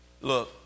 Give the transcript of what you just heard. Look